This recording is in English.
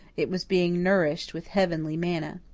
it was being nourished with heavenly manna.